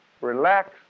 Relax